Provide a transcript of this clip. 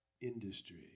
industry